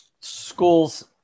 schools